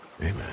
amen